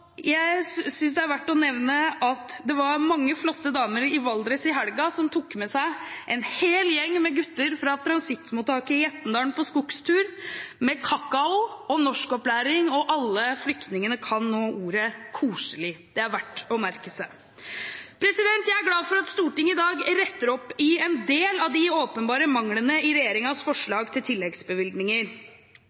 Jeg synes det er verdt å nevne at mange flotte damer i Valdres i helga tok med seg en hel gjeng med gutter fra transittmottaket i Etnedalen på skogstur, med kakao og norskopplæring. Alle flyktningene kan nå ordet «koselig». Det er verdt å merke seg. Jeg er glad for at Stortinget i dag retter opp i en del av de åpenbare manglene i regjeringens forslag til tilleggsbevilgninger.